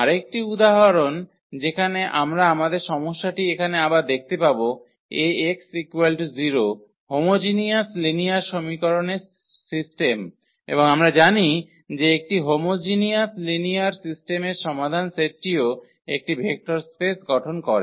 আরেকটি উদাহরণ যেখানে আমরা আমাদের সমস্যাটি এখানে আবার দেখতে পাব A𝑥 0 হোমোজিনিয়াস লিনিয়ার সমীকরণের সিস্টেম এবং আমরা জানি যে একটি হোমোজিনিয়াস লিনিয়ার সিস্টেমের সমাধান সেটটিও একটি ভেক্টর স্পেস গঠন করে